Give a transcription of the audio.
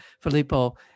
Filippo